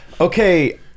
Okay